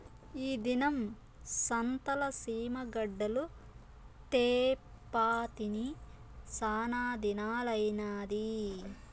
ఈ దినం సంతల సీమ గడ్డలు తేప్పా తిని సానాదినాలైనాది